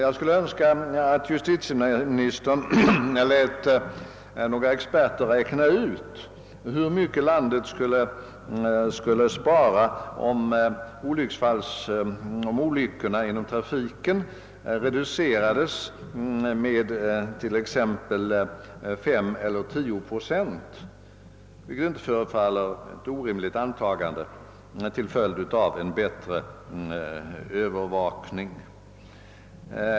Jag skulle önska att justitieministern lät några experter räkna ut hur mycket landet skulle spara om trafikolyckorna till följd av en bättre övervakning reducerades med t.ex. 5 eller 10 procent, vilket inte förefaller vara ett orealistiskt antagande.